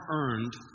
earned